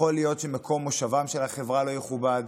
יכול להיות שמקום מושבה של החברה לא יכובד.